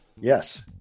Yes